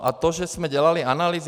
A to, že jsme dělali analýzy...